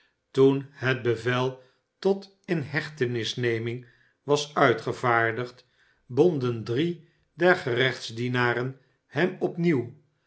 toen het bevel tot inhechtenisneming was uitgevaardigd bonden drie der gerechtsdienaren hem